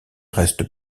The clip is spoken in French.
reste